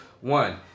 One